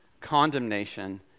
condemnation